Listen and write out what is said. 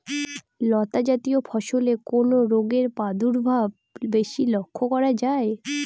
লতাজাতীয় ফসলে কোন রোগের প্রাদুর্ভাব বেশি লক্ষ্য করা যায়?